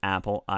Apple